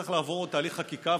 צריך לעבור תהליך חקיקה,